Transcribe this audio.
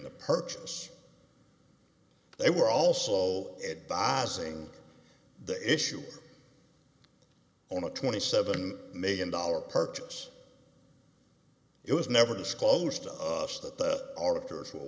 the purchase they were also all it boss ing the issue on a twenty seven million dollar purchase it was never disclosed to us that that artificial